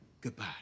goodbye